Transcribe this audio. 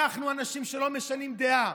אנחנו אנשים שלא משנים דעה.